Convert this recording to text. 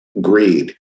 greed